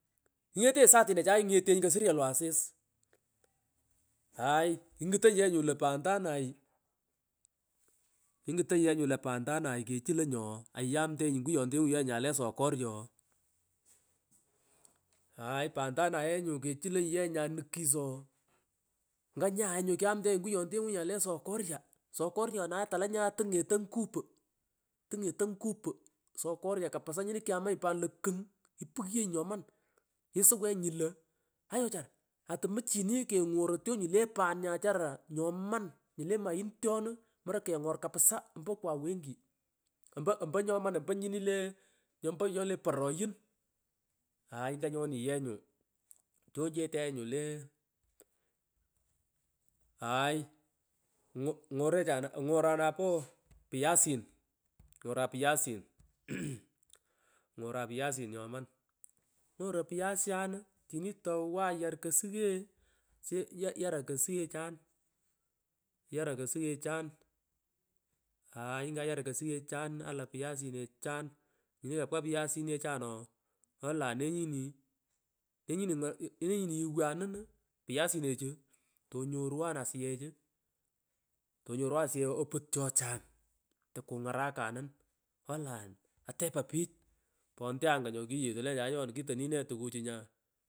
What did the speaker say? Ngetenyi saatinechaye ingetenyi kosakyolu asis haay ingatonyi yeeh nyu io pantaughkumuyg ingutonyi nyu lo pantanay kechulonyi ooh haiyamtenyi ngiyongenda nyale sokorya oohkumung aay pantamay eeh kechulonyi nyamukis ooh nganyaye nyu kamtenyi nguyondengu nyale sokorya kapsa nyini kyamanyi pan lo kung poghenyi nyoman isuwenyi lo haiyo wechara atu muchini kengoroy twanyu le pan nya achara nyaman nyu le maindion yorog. Kengor kapsa ompo kwa wingi ompo ompo nyuman ompo nyini le ompo nyole poroyun hay ngongoni yenyu twonchetee yee nyu lee kumung hay ngori ngorecha ongoron napoo puyasin mhh ngoran puyasin nyoman ngorcy puyasyani nyini towayar kosuwe soo yaran kasuwechan yaran kasawechan haay ninyi kayaram kosuwe soo yaran kosuwechan yaran kosuwechani haay ninyi kayaran kosuwechan alan payasinachan nyini kufiko payasinechan ooh alan nee nyini nenyini mox nenyini ighwanun payasinacho tongorwa asiyeh tonyorwan asiyech oput chochang takungarakanun alan etepon pich ponteanga nyokiwetu olenjam ayoo ana kitonine tuka chu nga.